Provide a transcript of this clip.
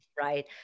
Right